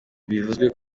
bivuzwe